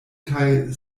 kaj